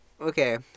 okay